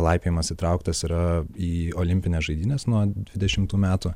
laipiojimas įtrauktas yra į olimpines žaidynes nuo dvidešimtų metų